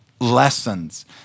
lessons